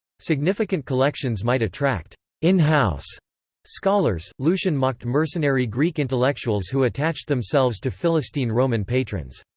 significant collections might attract in-house scholars lucian mocked mercenary greek intellectuals who attached themselves to philistine roman patrons.